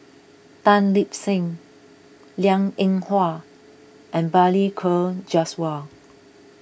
Tan Lip Seng Liang Eng Hwa and Balli Kaur Jaswal